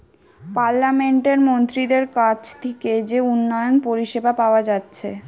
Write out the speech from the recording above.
পার্লামেন্টের মন্ত্রীদের কাছ থিকে যে উন্নয়ন পরিষেবা পাওয়া যাচ্ছে